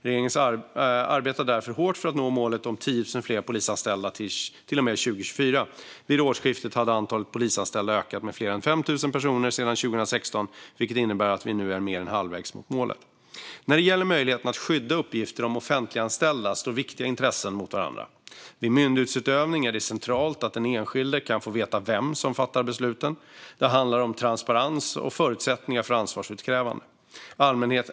Regeringen arbetar därför hårt för att nå målet om 10 000 fler polisanställda till och med 2024. Vid årsskiftet hade antalet polisanställda ökat med fler än 5 000 personer sedan 2016, vilket innebär att vi nu är mer än halvvägs mot målet. När det gäller möjligheten att skydda uppgifter om offentliganställda står viktiga intressen mot varandra. Vid myndighetsutövning är det centralt att den enskilde kan få veta vem som fattar besluten. Det handlar om transparens och förutsättningar för ansvarsutkrävande.